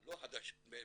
לא החדש,